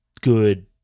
good